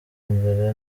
mbere